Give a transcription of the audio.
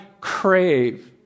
crave